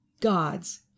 God's